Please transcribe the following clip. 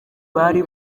bari